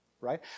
Right